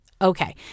Okay